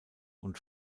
und